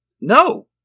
No